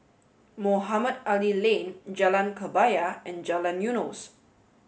Mohamed Ali Lane Jalan Kebaya and Jalan Eunos